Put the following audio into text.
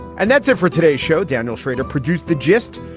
and that's it for today's show. daniel shrader produced the gist.